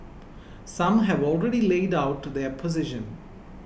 some have already laid out to their position